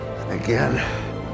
again